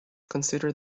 considered